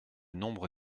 nombre